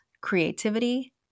Creativity